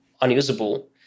unusable